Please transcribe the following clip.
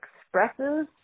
expresses